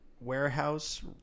warehouse